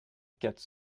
quatre